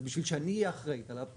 אז בשביל שאני אהיה אחראית עליו,